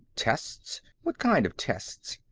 tests? what kind of tests?